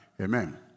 Amen